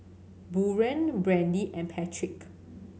Buren Brandy and Patrick